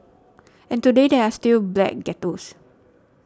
and today there are still black ghettos